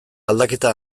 aldaketa